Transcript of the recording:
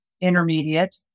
intermediate